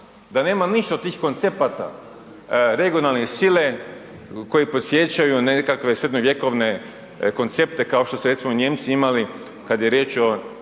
da nema ništa od tih koncepata regionalne sile koji podsjećaju na nekakve srednjevjekovne koncepte kao što su recimo Nijemci imali kada je riječ o